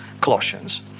Colossians